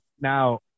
Now